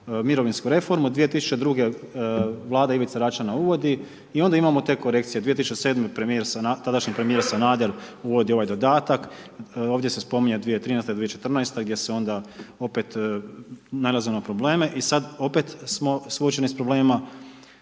mirovinsku reformu, 2002. Vlada Ivice Račana uvodi, i onda imamo te korekcije, 2007. tadašnji premijer Sanader uvodi ovaj dodatak, ovdje se spominje 2013., 2014. gdje se onda opet nailazi na probleme i sad opet smo suočeni sa problemima.